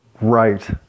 right